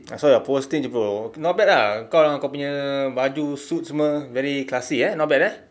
I saw your posting bro not bad ah kau dengan kau punya baju suit semua very classy eh not bad eh